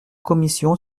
commission